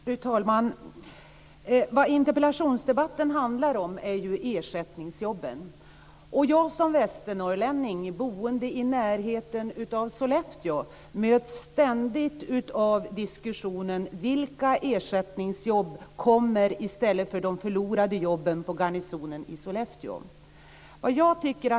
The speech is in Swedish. Fru talman! Interpellationsdebatten handlar om ersättningsjobben. Jag som västernorrlänning, boende i närheten av Sollefteå, möts ständigt av diskussionen om vilka ersättningsjobb som ska skapas i stället för de förlorade jobben på garnisonen i Sollefteå.